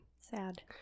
Sad